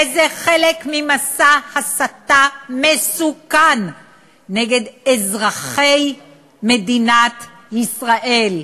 וזה חלק ממסע הסתה מסוכן נגד אזרחי מדינת ישראל,